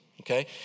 Okay